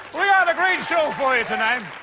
we've got a great show for you tonight.